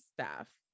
staff